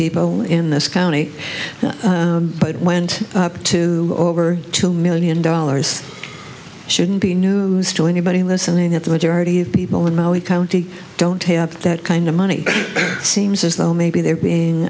people in this county but it went up to over two million dollars shouldn't be new to anybody listening that the majority of people in maui county don't have that kind of money seems as though maybe they're being